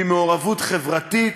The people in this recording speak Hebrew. ממעורבות חברתית.